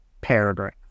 paragraph